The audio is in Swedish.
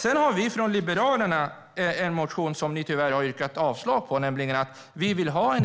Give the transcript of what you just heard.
Sedan har vi från Liberalerna en motion som ni tyvärr har avstyrkt, nämligen om att vi vill ha